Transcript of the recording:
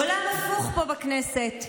עולם הפוך פה בכנסת.